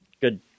good